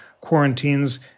Quarantines